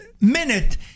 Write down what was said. minute